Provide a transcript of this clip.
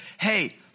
hey